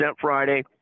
Friday